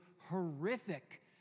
horrific